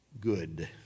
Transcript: good